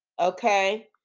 okay